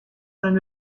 eine